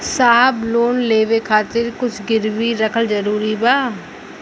साहब लोन लेवे खातिर कुछ गिरवी रखल जरूरी बा?